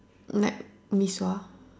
like mee-sua